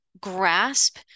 Grasp